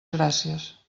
gràcies